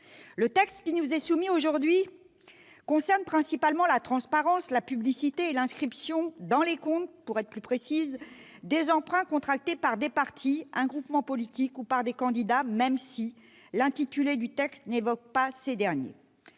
Le texte qui nous est soumis concerne principalement la transparence, la publicité et l'inscription dans les comptes des emprunts contractés par des partis ou groupements politiques, ou par des candidats, même si l'intitulé du texte initial n'évoquait pas ces derniers.